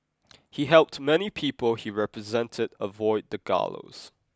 he helped many people he represented avoid the gallows